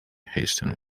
hasten